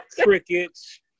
crickets